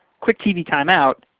quick tv timeout.